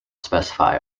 specify